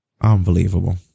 Unbelievable